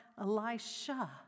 Elisha